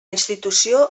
institució